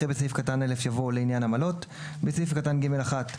אחרי "בסעיף קטן (א)" יבוא "לעניין עמלות"; בסעיף קטן (ג)(1),